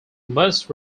must